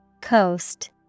Coast